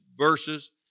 Verses